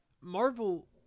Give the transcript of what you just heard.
marvel